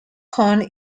conn